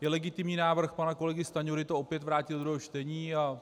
Je legitimní návrh pana kolegy Stanjury to opět vrátit do druhého čtení a